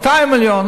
200 מיליון,